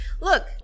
look